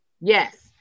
Yes